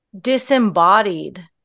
disembodied